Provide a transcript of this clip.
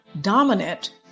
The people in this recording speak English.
dominant